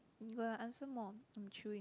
you got answer more in chewing